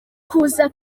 kuza